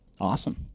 awesome